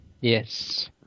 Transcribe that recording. Yes